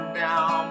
down